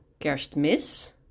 kerstmis